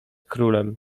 królem